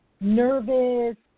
nervous